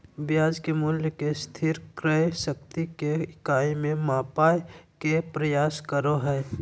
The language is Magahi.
ब्याज के मूल्य के स्थिर क्रय शक्ति के इकाई में मापय के प्रयास करो हइ